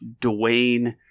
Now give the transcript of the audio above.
Dwayne